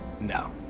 no